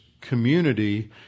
community